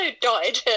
died